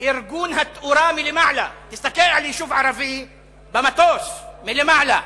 ארגון התאורה מלמעלה, תסתכל מהמטוס, מלמעלה,